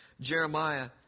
Jeremiah